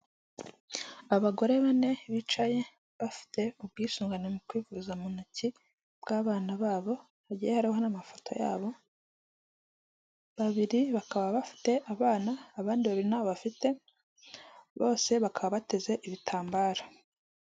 Abagore bane bicaye bafite ubwisungane mu kwivuza mu ntoki bw'abana babo, bugiye hariho n'amafoto yabo, babiri bakaba bafite abana abandi babiri ntabo bafite, bose bakaba bateze ibitambaro.